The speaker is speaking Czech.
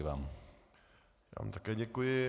Já vám také děkuji.